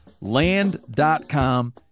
Land.com